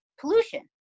pollution